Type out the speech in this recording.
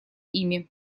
ими